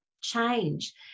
change